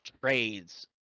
trades